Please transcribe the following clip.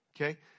Okay